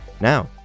Now